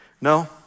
No